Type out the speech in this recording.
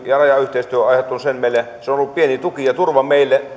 ja rajan yhteistyö on aiheuttanut sen meille että se on ollut pieni tuki ja turva meille